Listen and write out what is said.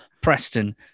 Preston